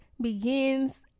begins